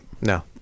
No